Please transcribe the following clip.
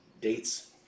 dates